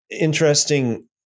interesting